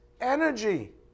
energy